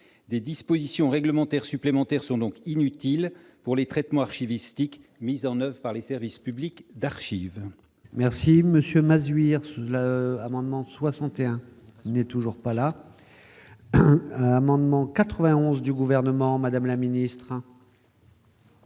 des dispositions réglementaires supplémentaires sont donc inutiles pour les traitements archiviste mises en oeuvre par les services publics. D'archives, merci Monsieur Mazuz hier sur l'amendement 61, il n'est toujours pas là, amendement 91 du gouvernement Madame la ministre